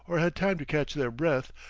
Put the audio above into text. or had time to catch their breath,